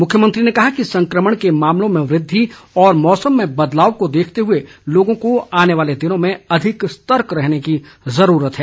मुख्यमंत्री ने कहा कि संक्रमण के मामलों में वृद्धि और मौसम में बदलाव को देखते हुए लोगों को आने वाले दिनों में अधिक सतर्क रहने की ज़रूरत है